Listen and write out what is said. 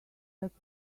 jack